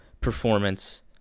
performance